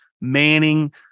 Manning